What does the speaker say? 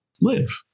live